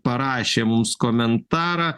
parašė mums komentarą